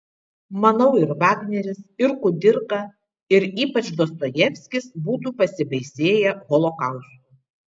manau ir vagneris ir kudirka ir ypač dostojevskis būtų pasibaisėję holokaustu